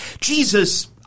Jesus